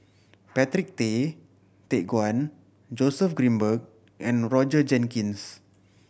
Patrick Tay Teck Guan Joseph Grimberg and Roger Jenkins